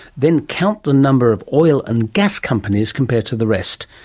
then count the number of oil and gas companies compared to the rest.